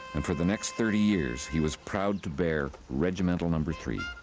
and for the next thirty years he was proud to bear regimental number three.